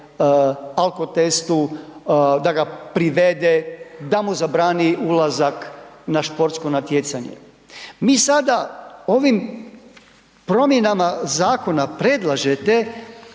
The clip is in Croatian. alkotestu, da ga privede, da mu zabrani ulazak na športsko natjecanje. Mi sada ovim promjenama zakona predlažete